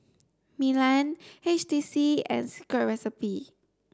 Milan H T C and Secret Recipe